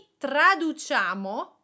traduciamo